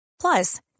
Plus